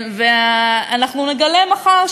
ונגלה מחר,